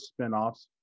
spinoffs